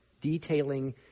detailing